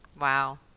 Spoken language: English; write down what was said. Wow